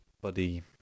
body